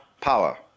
power